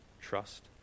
trust